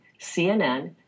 CNN